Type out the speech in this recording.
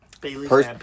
Bailey